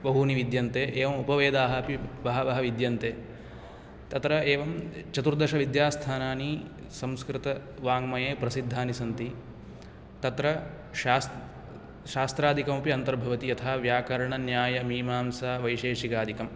बहूनि विद्यन्ते एवं उपवेदाः अपि बहवः विद्यन्ते तत्र एवं चतुर्दशविद्यास्थानानि संस्कृतवाङ्मये प्रसिद्धानि सन्ति तत्र शास् शास्त्रादिकमपि अन्तर्भवति यथा व्याकरणन्यायमीमांसावैशेषिकादिकं